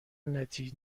نتایج